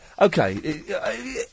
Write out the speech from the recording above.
Okay